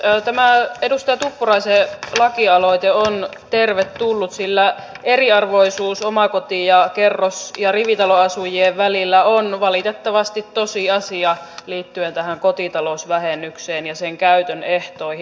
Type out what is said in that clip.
tämä edustaja tuppuraisen lakialoite on tervetullut sillä eriarvoisuus omakoti kerros ja rivitaloasujien välillä on valitettavasti tosiasia liittyen tähän kotitalousvähennykseen ja sen käytön ehtoihin